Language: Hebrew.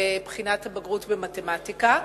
בבחינת הבגרות במתמטיקה.